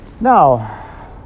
Now